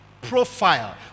profile